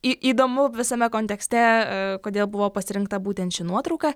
į įdomu visame kontekste ee kodėl buvo pasirinkta būtent ši nuotrauka